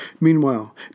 Meanwhile